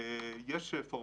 יש פורמטים.